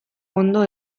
ondo